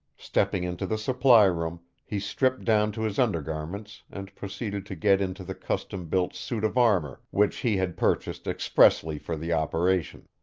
stepping into the supply room, he stripped down to his undergarments and proceeded to get into the custom-built suit of armor which he had purchased expressly for the operation.